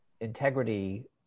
integrity